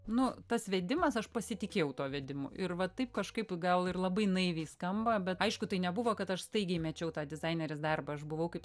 nu tas vedimas aš pasitikėjau tuo vedimu ir va taip kažkaip gal ir labai naiviai skamba bet aišku tai nebuvo kad aš staigiai mečiau tą dizainerės darbą aš buvau kaip